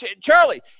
Charlie